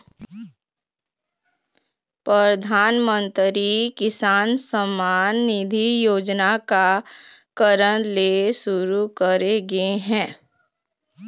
परधानमंतरी किसान सम्मान निधि योजना का कारन ले सुरू करे गे हे?